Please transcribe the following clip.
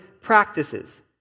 practices